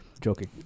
joking